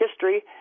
history